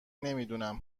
نمیدونم